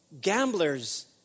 Gamblers